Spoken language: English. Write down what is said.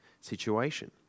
situation